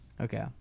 okay